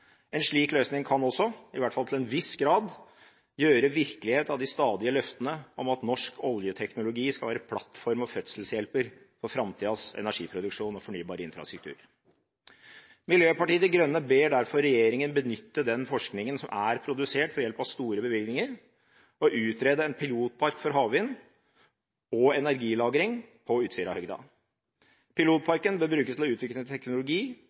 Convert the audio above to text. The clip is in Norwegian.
En slik løsning kan også, i hvert fall til en viss grad, gjøre virkelighet av de stadige løftene om at norsk oljeteknologi skal være plattform og fødselshjelper for framtidas energiproduksjon og fornybar infrastruktur. Miljøpartiet De Grønne ber derfor regjeringen benytte den forskningen som er produsert ved hjelp av store bevilgninger, til å utrede en pilotpark for havvind og energilagring på Utsirahøyden. Pilotparken bør brukes til å utvikle en teknologi,